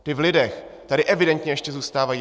Ty v lidech tady evidentně ještě zůstávají.